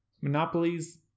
Monopolies